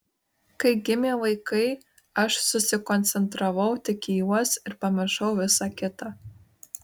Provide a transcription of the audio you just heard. kai gimė vaikai aš susikoncentravau tik į juos ir pamiršau visa kita